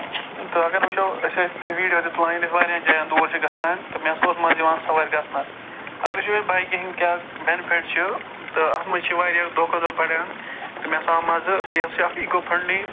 تہٕ اَگر وُچھو أسۍ ٲسۍ ویٖڈیو تہِ تُلان ییٚتٮ۪س واریاہن جاین دوٗر چھِ گژھان تہٕ مےٚ ہسا اوس مَزٕ یِوان دوٗر گژھنَس اَگر أسۍ وُچھو بایکہِ ہٕنٛدۍ کیٛاہ بینِفِٹ چھِ تہٕ اَتھ منٛز چھِ واریاہ دۄہ کھۄتہٕ دۄہ بَڈان تہٕ مےٚ ہسا آو مَزٕ یہِ ہسا چھُ اکھ اِکو فرینٛڈلی